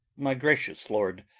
my gracious lord,